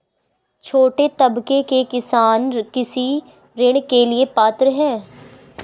छोटे तबके के किसान कृषि ऋण के लिए पात्र हैं?